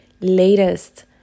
latest